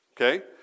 Okay